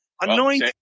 anoint